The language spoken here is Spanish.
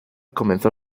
comenzó